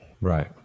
Right